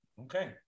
Okay